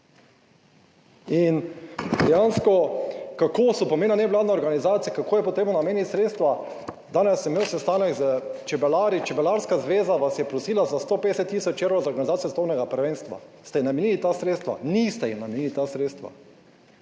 Dejansko kako so po meni nevladne organizacije, kako je potrebno nameniti sredstva. Danes sem imel sestanek s čebelarji, Čebelarska zveza vas je prosila za 150 tisoč evrov za organizacijo svetovnega prvenstva. Ste ji namenili ta sredstva? Niste jim namenili ta sredstva,